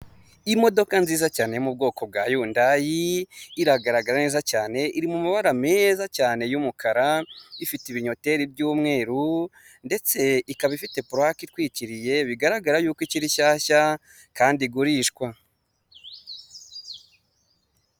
Imodoka nziza cyane yo mu bwoko bwa yundayi iragaragara neza cyane, iri mu mabara meza cyane y'umukara, ifite ibinyoteri by'umweru ndetse ikaba ifite pulake itwikiriye bigaragara yuko ikiri nshyashya kandi igurishwa.